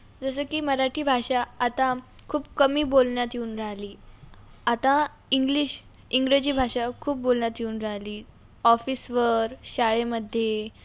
जसं की मराठी भाषा आता खूप कमी बोलण्यात येऊन राहिली आता इंग्लिश इंग्रजी भाषा खूप बोलण्यात येऊन राहिली ऑफिसवर शाळेमध्ये